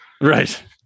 right